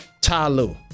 Talu